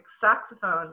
saxophone